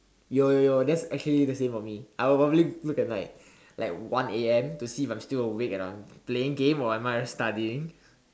yo yo yo that's actually let's say for me I probably look at like like one A_M to see if I am still awake and I'm playing game or am I studying